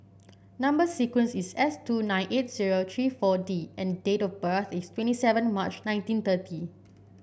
number sequence is S two nine eight zero three four D and date of birth is twenty seven March nineteen thirty